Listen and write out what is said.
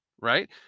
right